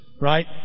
Right